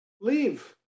leave